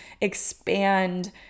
expand